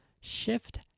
Shift